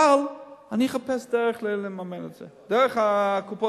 אבל אני אחפש דרך לממן את זה, דרך קופות-החולים.